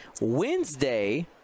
wednesday